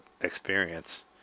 experience